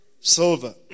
silver